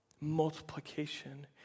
multiplication